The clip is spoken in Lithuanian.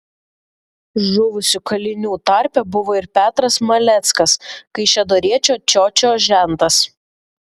žuvusių kalinių tarpe buvo ir petras maleckas kaišiadoriečio čiočio žentas